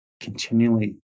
continually